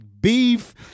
beef